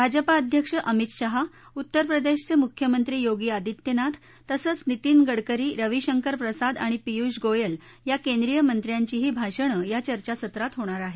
भाजपा अध्यक्ष अमित शहा उत्तर प्रदेशचे मुख्यमंत्री योगी अदित्यनाथ तसंच नितीन गडकरी रवी शंकर प्रसाद आणि पियुष गोयल या केंद्रीय मंत्र्यांचीही भाषणं या चर्चासत्रात होणार आहेत